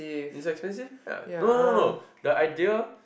it's expensive right no no no the idea